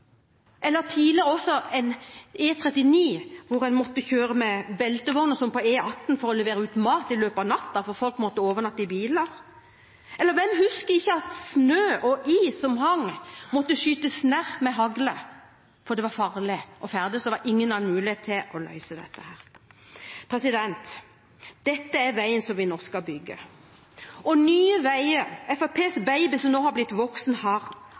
eller – tidligere – en E39 hvor en måtte kjøre med beltevogner via E18 for å levere ut mat i løpet av natten, fordi folk måtte overnatte i bilene? Hvem husker ikke at snø og is som hang fra bygninger, måtte skytes ned med hagle fordi det var farlig å ferdes og det ikke var noen annen mulighet for å løse det? Dette er veien som vi nå skal bygge, og Nye Veier, Fremskrittspartiets baby, som nå har blitt voksen,